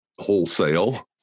Wholesale